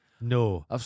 No